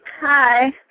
Hi